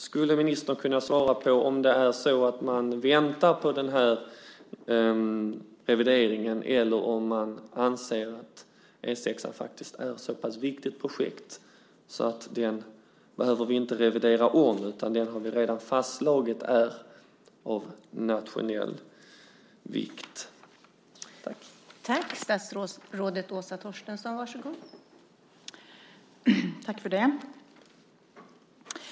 Skulle ministern kunna svara på om man väntar på den här revideringen eller om man anser att E 6:an faktiskt är ett så viktigt projekt att vi inte behöver revidera det utan redan har fastslagit att det är av nationell vikt?